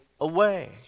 away